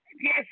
Yes